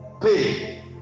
pay